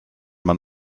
man